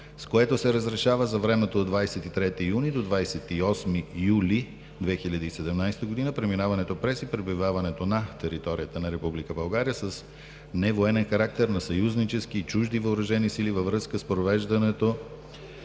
с което се разрешава за времето от 23 юни до 28 юли 2017 г. преминаването през и пребиваването на територията на Република България с невоенен характер на съюзнически и чужди въоръжени сили във връзка с провеждането